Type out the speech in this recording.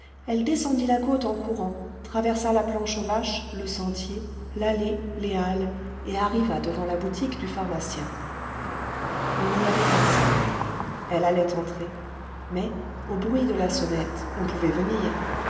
elle descendit la côte en courant traversa la planche aux vaches le sentier l'allée les halles et arriva devant la boutique du pharmacien il n'y avait personne elle allait entrer mais au bruit de la sonnette on pouvait venir